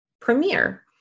premiere